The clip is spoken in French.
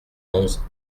onze